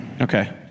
Okay